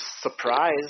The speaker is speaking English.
surprise